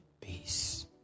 peace